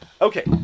Okay